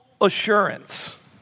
assurance